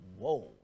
Whoa